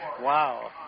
Wow